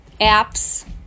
apps